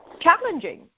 challenging